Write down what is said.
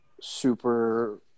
super